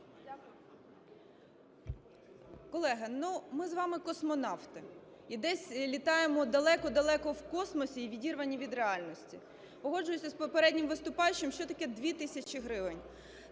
Колеги, ну, ми з вами космонавти і десь літаємо далеко-далеко в космосі і відірвані від реальності. Погоджуюся з попереднім виступаючим, що таке 2 тисячі гривень?